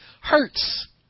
hurts